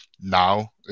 now